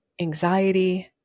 anxiety